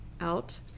out